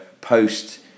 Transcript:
post